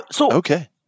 Okay